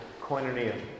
koinonia